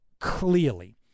clearly